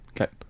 Okay